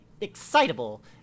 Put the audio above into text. excitable